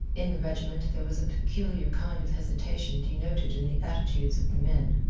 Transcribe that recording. in the regiment there was a peculiar kind of hesitation denoted in the attitudes of the men.